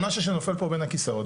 שמשהו נופל פה בין הכיסאות,